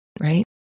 Right